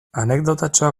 anekdotatxoa